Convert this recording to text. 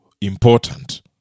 important